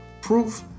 proof